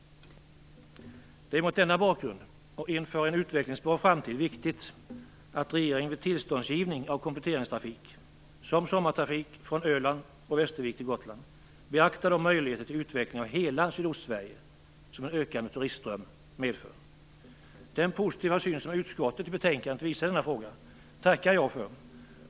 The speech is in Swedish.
Mot denna bakgrund och inför en utvecklingsbar framtid är det viktigt att regeringen vid tillståndsgivning av kompletteringstrafik som t.ex. sommartrafik från Öland och Västervik till Gotland beaktar de möjligheter till utveckling av hela Sydostsverige som en ökande turistström medför. Den positiva syn som utskottet i betänkandet visar i frågan tackar jag för.